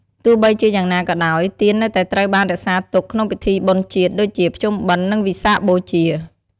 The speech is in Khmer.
ទោះបីជាយ៉ាងណាក៏ដោយ ទៀននៅតែត្រូវបានរក្សាទុកក្នុងពិធីបុណ្យជាតិ ដូចជាភ្ជុំបិណ្ឌ និងវិសាខបូជា។